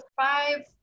five